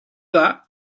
that